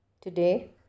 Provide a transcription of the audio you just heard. today